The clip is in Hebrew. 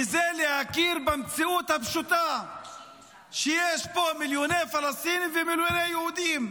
וזה להכיר במציאות הפשוטה שיש פה מיליוני פלסטינים ומיליוני יהודים.